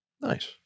Nice